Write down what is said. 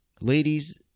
Ladies